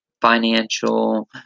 financial